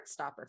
Heartstopper